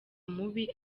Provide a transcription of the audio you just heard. mubi